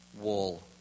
wall